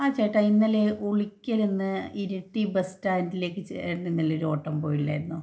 ആ ചേട്ടാ ഇന്നലെ ഉളിക്കലിൽ നിന്ന് ഇരിട്ടി ബസ് സ്റ്റാൻഡിലേക്ക് ചേട്ടനിന്നലെ ഒരു ഓട്ടം പോയില്ലായിരുന്നോ